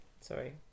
sorry